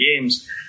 games